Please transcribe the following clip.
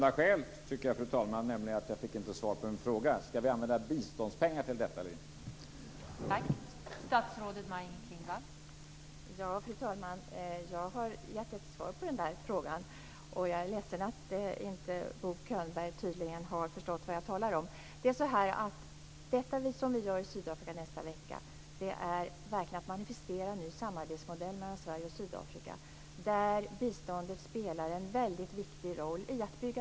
Det finns ett enda skäl till en ytterligare följdfråga, nämligen att jag inte fick något svar: Ska vi använda biståndspengar till detta, eller inte?